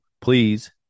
please